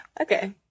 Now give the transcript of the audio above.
Okay